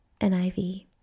niv